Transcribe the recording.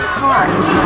heart